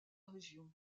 région